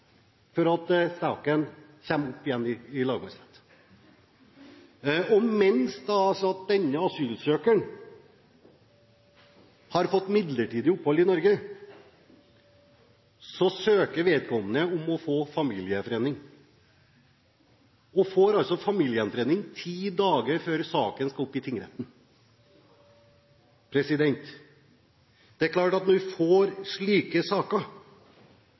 år før saken kommer opp igjen i lagmannsretten. Mens denne asylsøkeren har fått midlertidig opphold i Norge, søker vedkommende om familiegjenforening og får familiegjenforening ti dager før saken skal opp i tingretten. Det er klart at når man får slike saker,